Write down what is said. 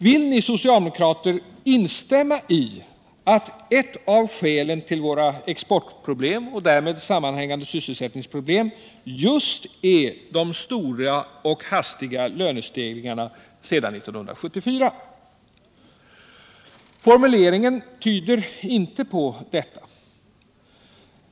Vill ni socialdemokrater instämma i att ett av skälen till våra exportproblem och därmed sammanhängande sysselsättningsproblem just är de stora och hastiga lönestegringarna sedan 1974? Formuleringen tyder inte på detta.